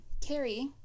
Carrie